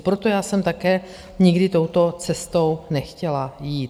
Proto já jsem také nikdy touto cestou nechtěla jít.